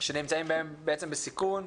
שנמצאים בעצם בסיכון.